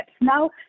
Now